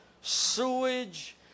sewage